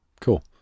cool